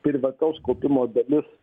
privataus kaupimo dalis